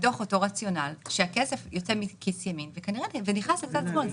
זה מתוך אותו רציונל שהכסף יוצא מכיס ימין ונכנס לכיס שמאל.